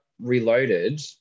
Reloaded